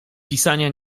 pisania